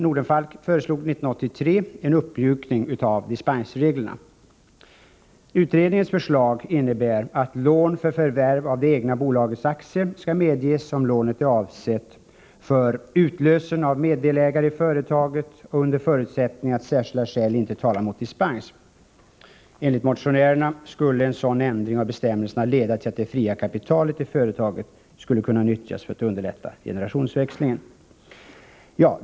Nordenfalk föreslog 1983 en uppmjukning av dispensreglerna. Utredningens förslag innebär att lån för förvärv av det egna bolagets aktier skall medges om lånet är avsett för utlösen av delägare från företaget under förutsättning att särskilda skäl inte talar mot dispens. Enligt motionärerna skulle en sådan ändring av bestämmelserna leda till att det fria kapitalet i företaget skulle kunna nyttjas till att underlätta generationsväxlingar.